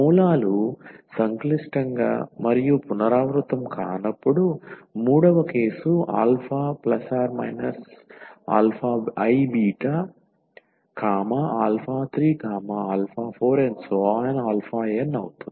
మూలాలు సంక్లిష్టంగా మరియు పునరావృతం కానప్పుడు III కేసు α±iβ34nఅవుతుంది